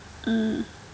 mm